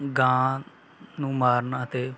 ਗਾਂ ਨੂੰ ਮਾਰਨਾ ਅਤੇ